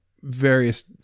various